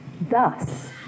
Thus